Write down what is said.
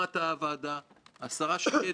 לאור השיחות שהיו לנו עם חברי הוועדה